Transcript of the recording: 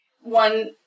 one